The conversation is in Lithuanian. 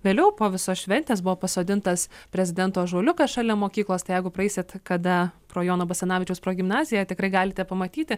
vėliau po visos šventės buvo pasodintas prezidento ąžuoliukas šalia mokyklos tai jeigu praeisit kada pro jono basanavičiaus progimnaziją tikrai galite pamatyti